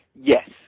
Yes